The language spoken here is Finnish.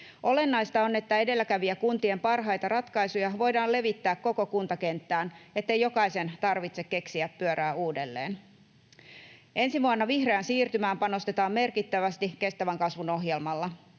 Olennaista on, että edelläkävijäkuntien parhaita ratkaisuja voidaan levittää koko kuntakenttään, niin ettei jokaisen tarvitse keksiä pyörää uudelleen. Ensi vuonna vihreään siirtymään panostetaan merkittävästi kestävän kasvun ohjelmalla.